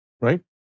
Right